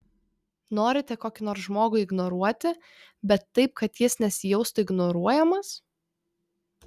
norite kokį nors žmogų ignoruoti bet taip kad jis nesijaustų ignoruojamas